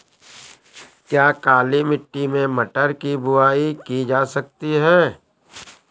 क्या काली मिट्टी में मटर की बुआई की जा सकती है?